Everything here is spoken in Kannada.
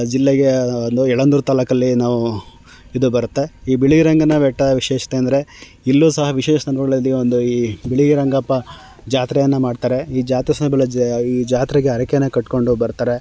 ಜಿಲ್ಲೆಗೆ ಇದು ಎಳಂದೂರು ತಾಲ್ಲೂಕಲ್ಲಿ ನಾವು ಇದು ಬರುತ್ತೆ ಈ ಬಿಳಿಗಿರಿ ರಂಗನ ಬೆಟ್ಟ ವಿಶೇಷತೆ ಅಂದರೆ ಇಲ್ಲೂ ಸಹ ವಿಶೇಷ ದಿನಗಳಲ್ಲಿ ಒಂದು ಈ ಬಿಳಿಗಿರಿ ರಂಗಪ್ಪ ಜಾತ್ರೆಯನ್ನು ಮಾಡ್ತಾರೆ ಈ ಜಾತ್ರೆ ಈ ಜಾತ್ರೆಗೆ ಹರಕೆಯನ್ನು ಕಟ್ಕೊಂಡು ಬರ್ತಾರೆ